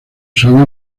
usaba